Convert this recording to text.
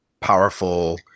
powerful